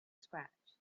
scratch